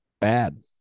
bad